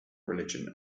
religion